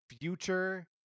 future